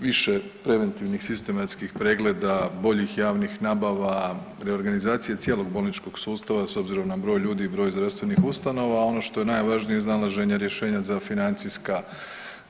više preventivnih sistematskih pregleda, boljih javnih nabava, reorganizacije cijelog bolničkog sustava s obzirom na broj ljudi i broj zdravstvenih ustanova, a ono što je najvažnije iznalaženje rješenja za financijska,